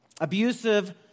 Abusive